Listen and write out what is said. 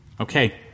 Okay